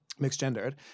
mixed-gendered